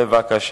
בבקשה.